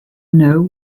know